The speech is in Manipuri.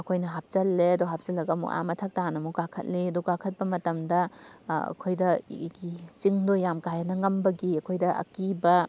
ꯑꯩꯈꯣꯏꯅ ꯍꯥꯞꯆꯜꯂꯦ ꯑꯗꯣ ꯍꯥꯞꯆꯜꯂꯒ ꯑꯃꯨꯛ ꯑꯥ ꯃꯊꯛ ꯇꯥꯟꯅ ꯑꯃꯨꯛ ꯀꯥꯈꯠꯂꯦ ꯑꯗꯨ ꯀꯥꯈꯠꯄ ꯃꯇꯝꯗ ꯑꯩꯈꯣꯏꯗ ꯆꯤꯡꯗꯨ ꯌꯥꯝꯅ ꯀꯥ ꯍꯦꯟꯅ ꯉꯝꯕꯒꯤ ꯑꯩꯈꯣꯏꯗ ꯑꯀꯤꯕ